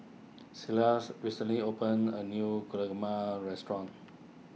Silas recently opened a new restaurant